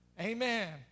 Amen